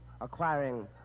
acquiring